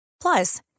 Plus